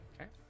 Okay